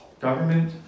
government